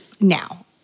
Now